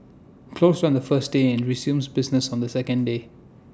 closed on the first day and resumes business on the second day